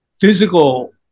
physical